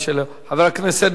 חבר הכנסת מולה,